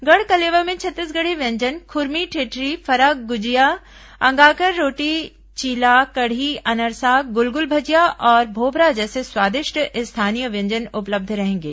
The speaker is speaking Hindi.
गढ़कलेवा में छत्तीसगढ़ी व्यंजन खुरमी ठेठरी फरा गुंजिया अंगाकर रोटी चीला कढ़ी अनरसा गुलगुल भजिया और भोभरा जैसे स्वादिष्ट स्थानीय व्यंजन उपलब्ध रहेंगे